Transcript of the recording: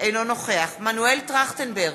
אינו נוכח מנואל טרכטנברג,